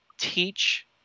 teach